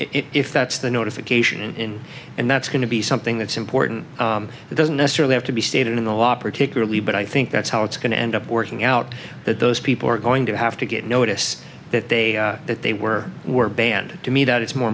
if that's the notification in and that's going to be something that's important that doesn't necessarily have to be stated in the law particularly but i think that's how it's going to end up working out that those people are going to have to get notice that they that they were were banned to me that it's more